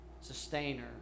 sustainer